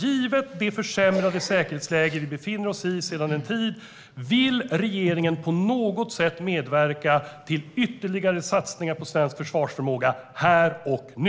Givet det försämrade säkerhetsläge som vi sedan en tid befinner oss i undrar jag: Vill regeringen på något sätt medverka till ytterligare satsningar på svensk försvarsförmåga här och nu?